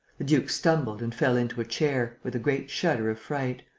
the duke stumbled and fell into a chair, with a great shudder of fright